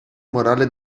morale